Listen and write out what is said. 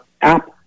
app